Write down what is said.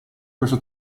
questo